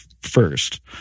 first